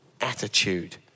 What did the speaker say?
Attitude